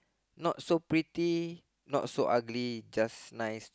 not so pretty not so ugly just nice